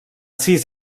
sis